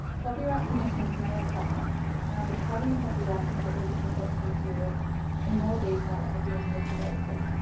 copyright permissions may apply and i'll be covering copyright and publishing collection material in more detail at the end of today's